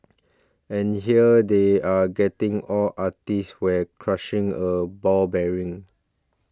and here they are getting all artsy while crushing a ball bearing